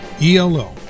ELO